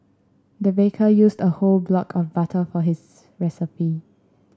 the baker used a whole block of butter for his recipe